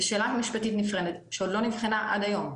זה שאלה משפטית נפרדת שעוד לא נבחנה עד היום.